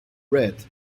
bread